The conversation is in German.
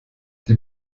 die